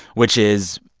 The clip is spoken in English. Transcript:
which is,